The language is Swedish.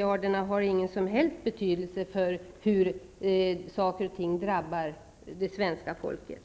har någon som helst betydelse för hur saker och ting drabbar det svenska folket.